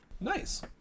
Nice